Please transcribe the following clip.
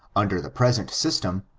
under the present system,